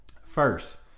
First